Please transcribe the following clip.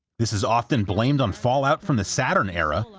this is often blamed on fallout from the saturn era,